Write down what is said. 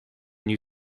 new